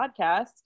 podcast